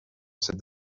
cette